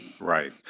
right